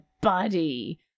body